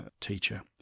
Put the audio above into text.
teacher